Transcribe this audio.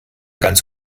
ganz